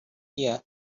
here